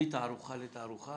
מתערוכה לתערוכה